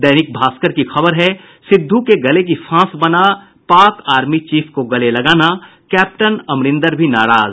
दैनिक भास्कर की खबर है सिद्धू के गले की फांस बना पाक आर्मी चीफ को गले लगाना कैप्टन अमरिंदर भी नाराज